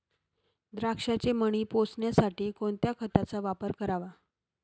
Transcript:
द्राक्षाचे मणी पोसण्यासाठी कोणत्या खताचा वापर करावा?